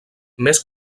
més